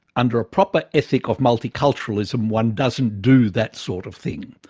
under a proper ethic of multiculturalism one doesn't do that sort of thing.